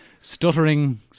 stuttering